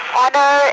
honor